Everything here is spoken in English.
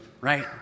right